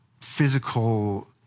physical